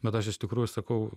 bet aš iš tikrųjų sakau